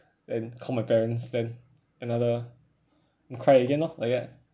and call my parents then another cry again lor like that